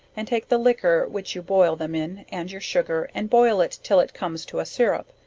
and take the liquor which you boil them in, and your sugar, and boil it till it comes to a sirrup,